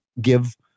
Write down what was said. give